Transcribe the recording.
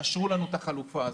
תאשרו לנו את החלופה הזאת.